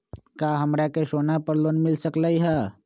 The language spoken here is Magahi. का हमरा के सोना पर लोन मिल सकलई ह?